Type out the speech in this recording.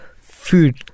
food